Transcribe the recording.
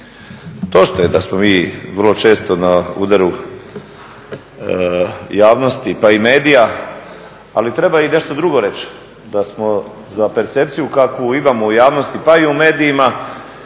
Točno je da smo mi vrlo često na udaru javnosti pa i medija ali treba i nešto drugo reći da smo za percepciju kakvu imamo u javnosti pa i u medijima